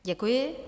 Děkuji.